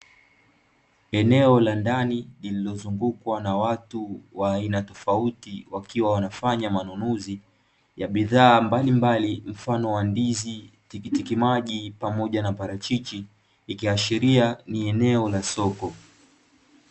Eneo la ndani lililozungukwa na watu wa aina tofauti, wakiwa wanafanya manunuzi ya bidhaa mbalimbali mfano wa ndizi, tikiti maji pamoja na parachichi; ikiashiria ni eneo la soko.